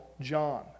John